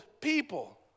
people